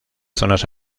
zonas